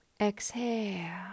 exhale